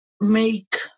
make